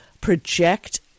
project